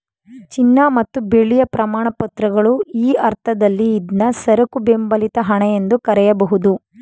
ಚಿನ್ನ ಮತ್ತು ಬೆಳ್ಳಿಯ ಪ್ರಮಾಣಪತ್ರಗಳು ಈ ಅರ್ಥದಲ್ಲಿ ಇದ್ನಾ ಸರಕು ಬೆಂಬಲಿತ ಹಣ ಎಂದು ಕರೆಯಬಹುದು